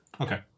Okay